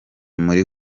muri